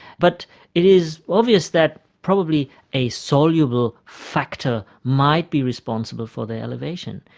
but it is obvious that probably a soluble factor might be responsible for their elevation.